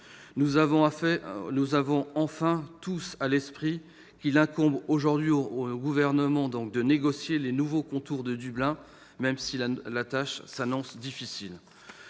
Nous avons enfin tous à l'esprit qu'il incombe aujourd'hui au Gouvernement de négocier les nouveaux contours du règlement Dublin, même si la tâche s'annonce difficile.